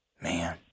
man